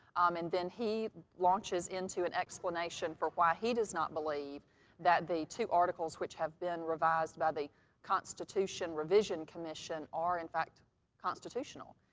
um and then he launches into an explanation for why he does not believe that the two articles which have been revised by the constitution revision commission are in fact constitutional.